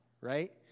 right